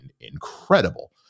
incredible